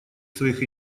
своих